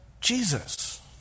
Jesus